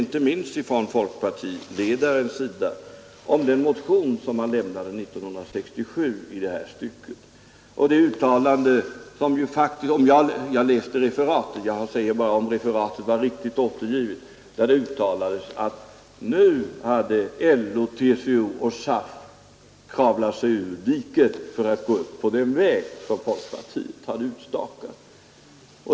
Det var dels folkpartiledarens uttalande till den motion han lämnade 1967. Dels var det ett uttalande som, om referatet är riktigt — jag har bara läst referatet — gick ut på att nu hade LO, TCO och SAF kravlat sig upp ur diket för att gå på den väg folkpartiet utstakat.